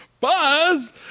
Buzz